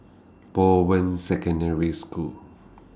Bowen Secondary School